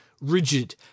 rigid